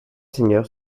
seigneurs